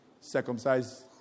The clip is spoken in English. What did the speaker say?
circumcise